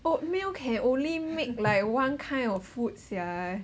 oatmeal can only make like one kind of food sia